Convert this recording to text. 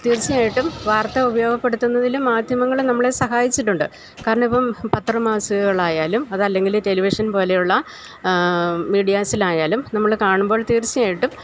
തീർച്ചയായിട്ടും വാർത്ത ഉപയോഗപ്പെടുത്തുന്നതില് മാദ്ധ്യമങ്ങള് നമ്മളെ സഹായിച്ചിട്ടുണ്ട് കാരണമിപ്പം പത്രമാസികകളായാലും അതല്ലെങ്കില് ടെലിവിഷൻ പോലെയുള്ള മീഡിയാസിലായാലും നമ്മള് കാണുമ്പോൾ തീർച്ചയായിട്ടും